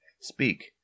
Speak